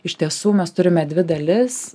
iš tiesų mes turime dvi dalis